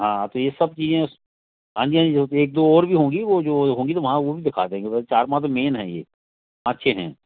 हाँ तो यह सब चीज़ें हाँ जी हाँ जी एक दो और भी होंगी वह जो होंगी ना वहाँ वह भी दिखा देंगे चार पाँच तो मेन है यह पाँच छः हैं